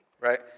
right